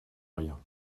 rien